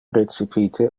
recipite